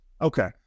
Okay